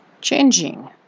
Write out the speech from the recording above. changing